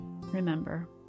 remember